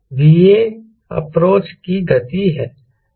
VA approach की गति है